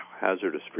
hazardous